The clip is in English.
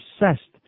obsessed